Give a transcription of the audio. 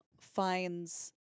finds